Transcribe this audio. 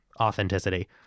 Authenticity